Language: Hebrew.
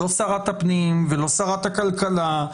לא שרת הפנים ולא שרת הכלכלה,